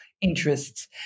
interests